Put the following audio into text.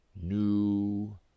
new